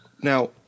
Now –